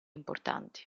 importanti